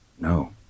No